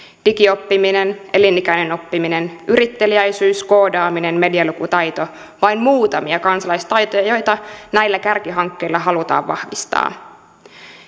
digioppiminen elinikäinen oppiminen yritteliäisyys koodaaminen medialukutaito tässä vain muutamia kansalaistaitoja joita näillä kärkihankkeilla halutaan vahvistaa